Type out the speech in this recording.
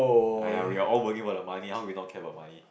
!aiya! we are all working for the money how we not care about money